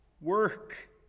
work